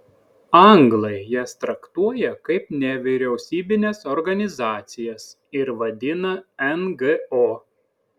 anglai jas traktuoja kaip nevyriausybines organizacijas ir vadina ngo